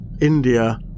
India